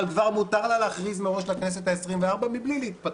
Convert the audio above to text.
אבל כבר מותר לה להכריז מראש לכנסת העשרים-וארבע מבלי להתפטר.